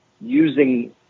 using